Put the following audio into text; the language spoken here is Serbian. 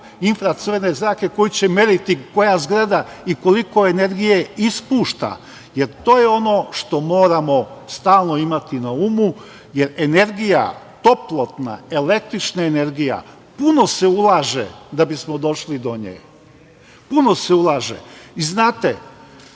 infracrvene zrake koji će meriti koja zgrada i koliko energije ispušta, jer to je ono što moramo stalno imati na umu, jer energija, toplotna, električna, puno se ulaže da bismo došli do nje. Kada kažem akcija